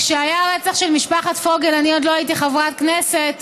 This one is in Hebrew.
כשהיה המקרה של משפחת פוגל אני עוד לא הייתי חברת כנסת,